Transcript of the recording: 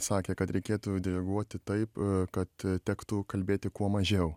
sakė kad reikėtų diriguoti taip kad tektų kalbėti kuo mažiau